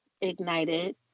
ignited